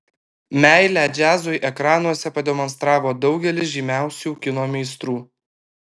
meilę džiazui ekranuose pademonstravo daugelis žymiausių kino meistrų